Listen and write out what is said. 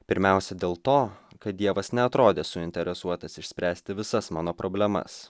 pirmiausia dėl to kad dievas neatrodė suinteresuotas išspręsti visas mano problemas